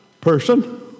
person